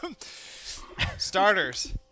Starters